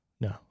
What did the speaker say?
No